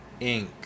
Inc